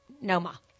Noma